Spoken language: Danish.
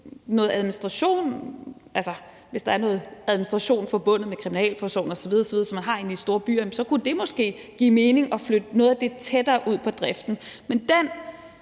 hvis der er noget administration forbundet med kriminalforsorgen osv. osv., som man har i de store byer, og så kunne det måske give mening at flytte noget af det tættere ud på driften. Den